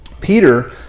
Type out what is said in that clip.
Peter